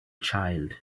child